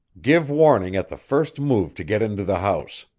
give warning at the first move to get into the house.